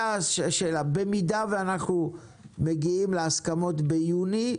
במידה ואנחנו מגיעים להסכמות ביוני,